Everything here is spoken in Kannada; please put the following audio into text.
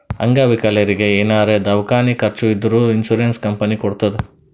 ಅಂಗವಿಕಲರಿಗಿ ಏನಾರೇ ದವ್ಕಾನಿ ಖರ್ಚ್ ಇದ್ದೂರ್ ಇನ್ಸೂರೆನ್ಸ್ ಕಂಪನಿ ಕೊಡ್ತುದ್